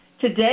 today